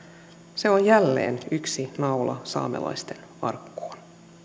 se on jälleen yksi naula saamelaisten arkkuun